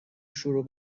شروع